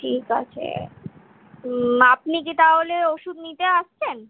ঠিক আছে আপনি কি তাহলে ওষুধ নিতে আসছেন